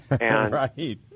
right